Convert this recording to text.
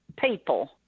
people